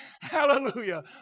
Hallelujah